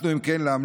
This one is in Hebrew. הירוק.